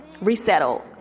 Resettle